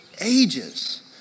ages